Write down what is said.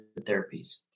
therapies